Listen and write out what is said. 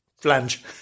Flange